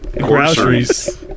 Groceries